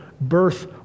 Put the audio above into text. birth